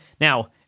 Now